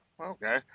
Okay